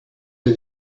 did